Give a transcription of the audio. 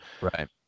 right